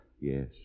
Yes